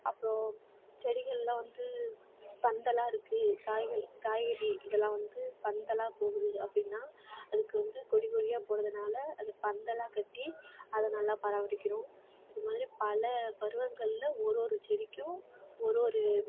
அப்புறோம் செடிகளெலாம் வந்து பந்தலா இருக்குது காய்கள் காய்கறி இதெலாம் வந்து பந்தலா போகுது அப்படினா அதுக்கு வந்து கொடி கொடியாக போகிறதுனால அது பந்தலாக கட்டி அதை நல்லா பராமரிக்கணும் இது மாதிரி பல பருவங்களில் ஒரு ஒரு செடிக்கும் ஒரு ஒரு